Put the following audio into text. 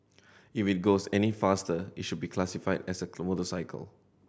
if it goes any faster it should be classified as a motorcycle